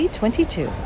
2022